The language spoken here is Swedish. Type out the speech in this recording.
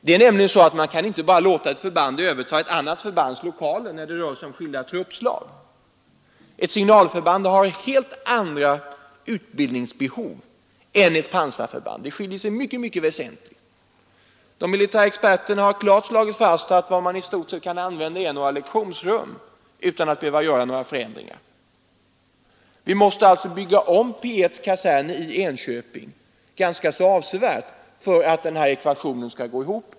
Det är nämligen så att man inte bara kan låta förband överta ett annat förbands lokaler när det rör sig om skilda truppslag. Ett signalförband har ett helt annat utbildningsbehov än ett pansarförband. De skiljer sig mycket väsentligt. De militära experterna har slagit fast att vad man i stort sett kan använda är några lektionsrum utan att behöva göra några förändringar. Vi måste alltså bygga om P 1:s kaserner i Enköping ganska avsevärt för att den här ekvationen skall gå ihop.